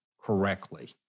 correctly